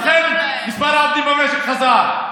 ביטלנו את החל"ת, ולכן מספר העובדים במשק חזר.